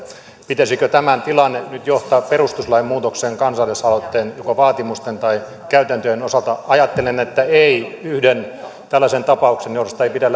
pitäisikö tämän tilanteen nyt johtaa perustuslain muutokseen kansalaisaloitteen joka vaatimusten tai käytäntöjen osalta ajattelen että ei yhden tällaisen tapauksen johdosta ei pidä